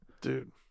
dude